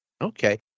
Okay